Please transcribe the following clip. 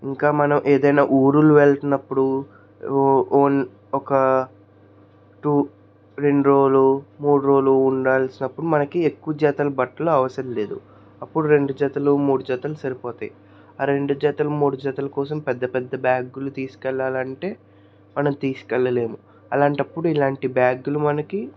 ఇంకా మనం ఏదైనా ఊరులు వెళ్తున్నప్పుడు వన్ ఒక టు రెండు రోజులు మూడురోజులు ఉండాల్సినప్పుడు మనకి ఎక్కువ జతల బట్టలు అవసరం లేదు అప్పుడు రెండు జతలు మూడు జతలు సరిపోతాయి ఆ రెండు జతలు మూడు జతలు కోసం పెద్ద పెద్ద బ్యాగ్లు తీసుకెళ్లాలంటే మనం తీసుకెళ్లలేదు అలాంటప్పుడు ఇలాంటి బ్యాగ్లు మనకి